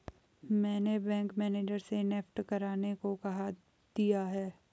मैंने bank manager से NEFT करने को कह दिया है